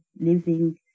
living